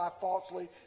falsely